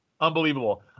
Unbelievable